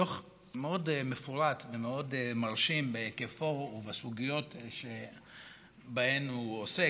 דוח מאוד מפורט ומאוד מרשים בהיקפו ובסוגיות שבהן הוא עוסק.